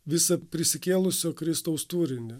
visą prisikėlusio kristaus turinį